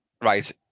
right